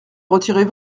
retirez